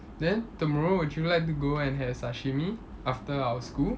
then tomorrow would you like to go and have sashimi after our school